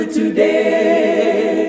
today